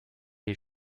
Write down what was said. est